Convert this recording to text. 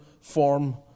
form